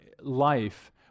life